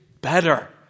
better